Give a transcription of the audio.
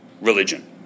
religion